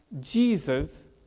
Jesus